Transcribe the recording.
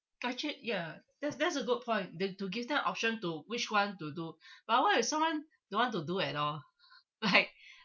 budget ya that's that's a good point than to give them option to which one to do but what if someone don't want to do at all right